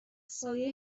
سایه